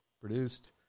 produced